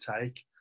take